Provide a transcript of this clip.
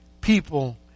people